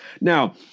Now